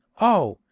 oh,